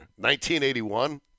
1981